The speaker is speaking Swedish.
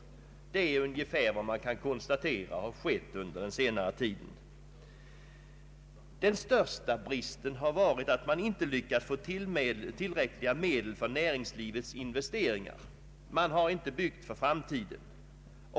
Det är ungefär vad man kan konstatera ha skett under senare tid. Den största bristen har varit att man inte lyckats få tillräckliga medel för näringslivets investeringar. Man har inte byggt för framtiden.